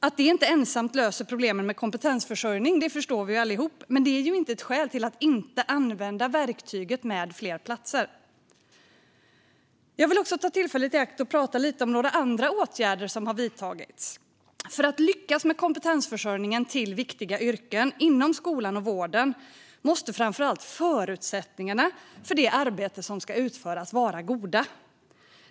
Att det inte ensamt löser problemen med kompetensförsörjning förstår vi ju allihop, men det är inte ett skäl till att inte använda verktyget fler platser. Jag vill ta tillfället i akt och tala lite om några andra åtgärder som vidtagits. För att lyckas med kompetensförsörjningen till viktiga yrken inom skolan och vården måste framför allt förutsättningarna för det arbete som ska utföras vara goda.